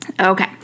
Okay